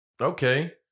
okay